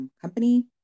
company